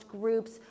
groups